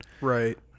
right